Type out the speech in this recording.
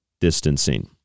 distancing